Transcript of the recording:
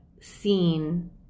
seen